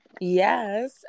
Yes